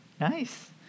Nice